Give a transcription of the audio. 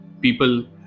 People